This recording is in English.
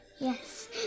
Yes